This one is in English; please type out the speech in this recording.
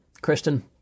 Kristen